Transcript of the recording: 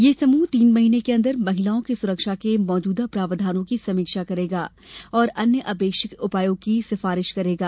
यह समूह तीन महीने के अन्दर महिलाओं की सुरक्षा के मौजूदा प्रावधानों की समीक्षा करेगा और अन्य अपेक्षित उपायों की सिफारिश करेगा